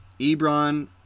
Ebron